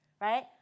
right